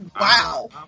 Wow